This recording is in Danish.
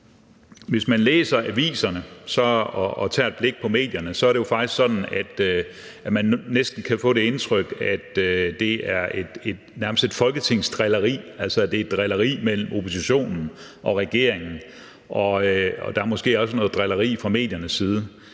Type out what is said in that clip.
Hvis man læser aviserne og tager et blik på medierne, vil man se, at det faktisk er sådan, at man næsten kan få det indtryk, at det nærmest er et folketingsdrilleri, altså et drilleri mellem oppositionen og regeringen, og der er måske også noget drilleri fra mediernes side,